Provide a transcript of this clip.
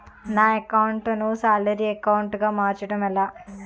నా అకౌంట్ ను salary account గా మార్చటం ఎలా?